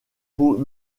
peau